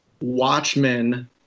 watchmen